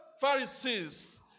Pharisees